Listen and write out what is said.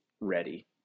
ready